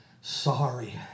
sorry